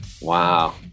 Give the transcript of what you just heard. wow